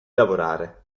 lavorare